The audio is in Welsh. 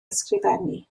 ysgrifennu